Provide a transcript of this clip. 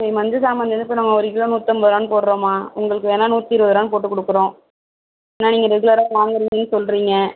இப்போ மஞ்ச சாமந்தி வந்து இப்போ நம்ம ஒரு கிலோ நூற்றம்பது ரூவான்னு போடுகிறோம்மா உங்களுக்கு வேணா நூற்றி இருபதுரூவான்னு போட்டு கொடுக்குறோம் ஏன்னா நீங்கள் ரெகுலராக வாங்குறீங்கன்னு சொல்கிறீங்க